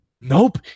nope